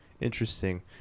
Interesting